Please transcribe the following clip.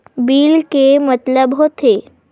Bill के मतलब का होथे?